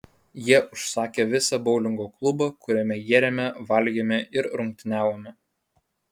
jie užsakė visą boulingo klubą kuriame gėrėme valgėme ir rungtyniavome